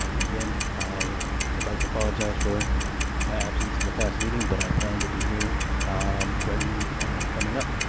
um again, i would like apologize for my absence in the past meeting, but i plan to be here for every meeting coming up.